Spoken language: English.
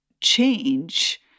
change